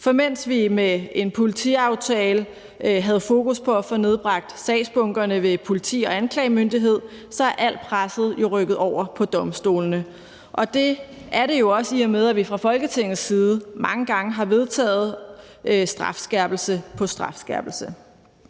For mens vi med en politiaftale havde fokus på at få nedbragt sagsbunkerne ved politiet og anklagemyndigheden, er alt presset rykket over på domstolene. Det er det jo også, i og med at vi fra Folketingets side mange gange har vedtaget strafskærpelse på strafskærpelse.